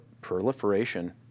proliferation